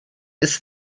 ist